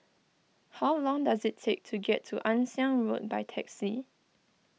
how long does it take to get to Ann Siang Road by taxi